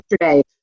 yesterday